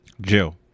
Jill